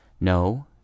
No